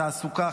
תעסוקה,